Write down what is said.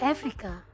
Africa